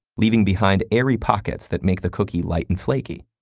leaving behind airy pockets that make the cookie light and flaky.